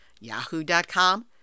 Yahoo.com